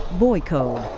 boy code.